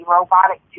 Robotic